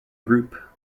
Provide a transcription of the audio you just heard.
group